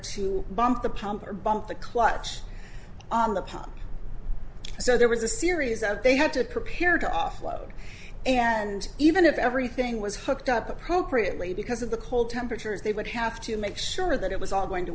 to bump the pump or bump the clutch on the pump so there was a series that they had to prepare to offload and even if everything was hooked up appropriately because of the cold temperatures they would have to make sure that it was all going to